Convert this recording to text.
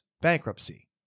bankruptcy